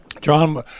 John